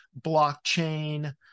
blockchain